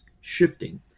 shifting